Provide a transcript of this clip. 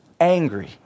angry